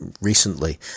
recently